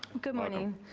good morning.